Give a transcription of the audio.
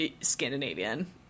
Scandinavian